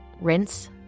rinse